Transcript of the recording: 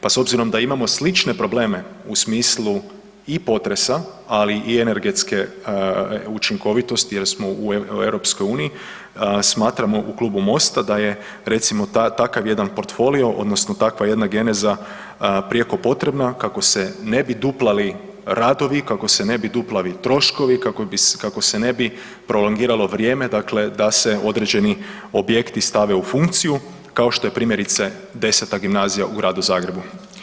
Pa s obzirom da imamo slične probleme u smislu i potresa ali i energetske učinkovitosti jer smo u EU smatramo u Klubu MOST-a da je takav jedan portfolio odnosno takva jedna geneza prijeko potrebna kako se ne bi duplali radovi, kako se ne bi duplali troškovi, kako se ne bi prolongiralo vrijeme dakle da se određeni objekti stave u funkciju kao što je primjerice X. gimnazija u Gradu Zagrebu.